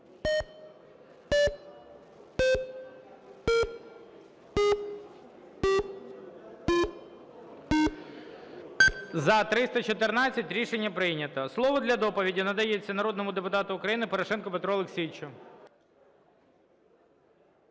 За-314 Рішення прийнято. Слово для доповіді надається народному депутату України Порошенко Петру Олексійовичу.